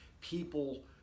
people